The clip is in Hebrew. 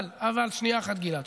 אבל, שנייה אחת, גלעד.